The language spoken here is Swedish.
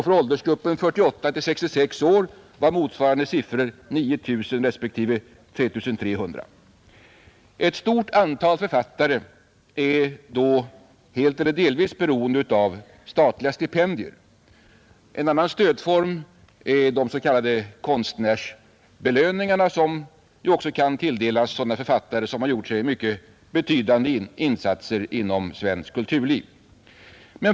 För åldersgruppen 48—66 år var motsvarande siffror 9 000 respektive 3 300. Ett stort antal författare är då helt eller delvis beroende av statliga stipendier. En annan stödform är de s.k. konstnärsbelöningarna, som kan tilldelas författare som gjort betydande insatser inom svenskt kulturliv.